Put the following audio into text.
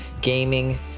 gaming